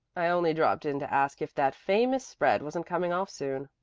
i only dropped in to ask if that famous spread wasn't coming off soon.